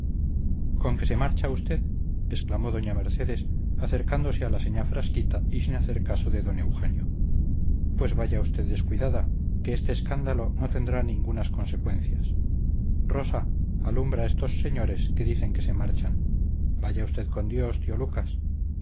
conque se marcha usted exclamó doña mercedes acercándose a la señá frasquita y sin hacer caso de don eugenio pues vaya usted descuidada que este escándalo no tendrá ningunas consecuencias rosa alumbra a estos señores que dicen que se marchan vaya usted con dios tío lucas